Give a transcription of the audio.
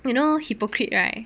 you know hypocrite right